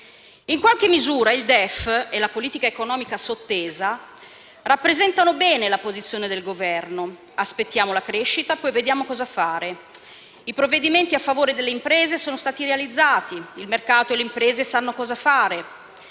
In qualche misura il DEF e la politica economica ad esso sottesa rappresentano bene la posizione del Governo: aspettiamo la crescita, poi vediamo cosa fare. I provvedimenti a favore delle aziende sono stati realizzati: il mercato e le imprese sanno cosa fare.